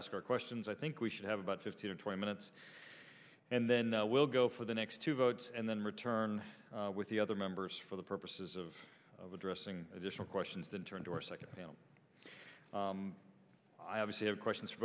ask our questions i think we should have about fifteen or twenty minutes and then we'll go for the next two votes and then return with the other members for the purposes of addressing additional questions then turned or second i obviously have questions for